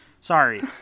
Sorry